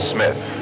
Smith